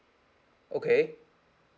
okay